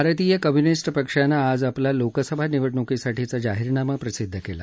भारतीय कम्युनिस्ट पक्षानं आज आपला लोकसभा निवडणुकीसाठीचा जाहीरनामा प्रसिद्ध केला